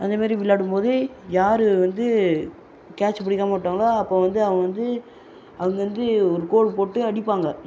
அந்த மேரி விளையாடும்போது யார் வந்து கேட்ச் பிடிக்காம விட்டாங்களோ அப்போ வந்து அவன் வந்து அங்கேருந்து ஒரு கோடு போட்டு அடிப்பாங்க